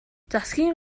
засгийн